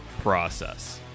process